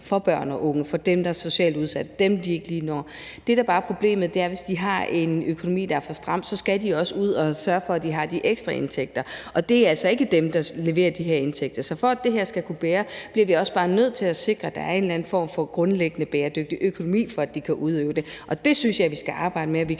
for børn og unge og for dem, der er socialt udsatte, altså dem, de ikke lige når. Det, der bare er problemet, er, hvis de har en økonomi, der er for stram; så skal de også ud og sørge for, at de har de ekstra indtægter, og det er altså ikke dem, der leverer de her indtægter. Så for at det her skal kunne bære, bliver vi også bare nødt til at sikre, at der er en eller anden form for grundlæggende bæredygtig økonomi, så de kan udøve det. Og jeg synes, vi skal arbejde med, at vi kan